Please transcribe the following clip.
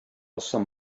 some